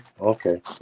Okay